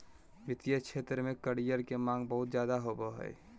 वित्तीय क्षेत्र में करियर के माँग बहुत ज्यादे होबय हय